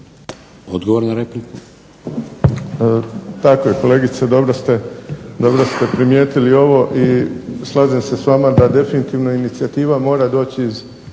Odgovor na repliku.